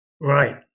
Right